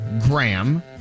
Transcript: Graham